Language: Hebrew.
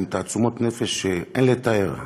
עם תעצומות נפש שאין לתאר.